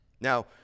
Now